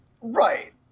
right